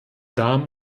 damen